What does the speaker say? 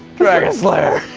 dragon slayer!